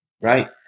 Right